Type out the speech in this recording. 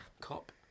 Cop